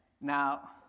Now